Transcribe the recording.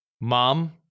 Mom